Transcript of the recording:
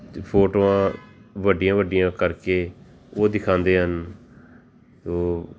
ਅਤੇ ਫ਼ੋਟੋਆਂ ਵੱਡੀਆਂ ਵੱਡੀਆਂ ਕਰਕੇ ਉਹ ਦਿਖਾਉਂਦੇ ਹਨ ਉਹ